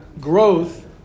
Growth